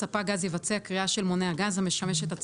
ספק גז יבצע קריאה במערכת גז מרכזית של מונה הגז